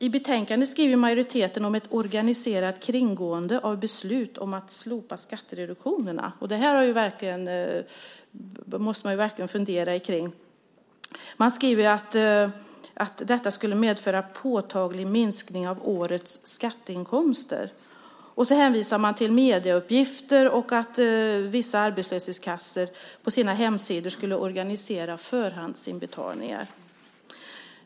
I betänkandet skriver majoriteten om ett organiserat kringgående av beslut om att slopa skattereduktionerna. Det måste man verkligen fundera kring. Man skriver att det skulle medföra påtaglig minskning av årets skatteinkomster. Sedan hänvisar man till medieuppgifter och att vissa arbetslöshetskassor på sina hemsidor skulle organisera förhandsinbetalningar.